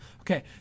okay